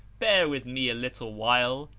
bear with me a little while!